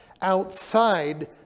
outside